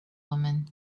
woman